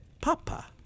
Papa